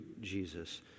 Jesus